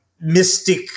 mystic